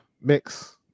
mix